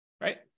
right